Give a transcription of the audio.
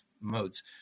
modes